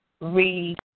read